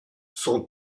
sont